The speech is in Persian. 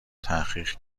تحقیق